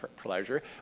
Pleasure